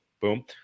boom